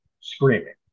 screaming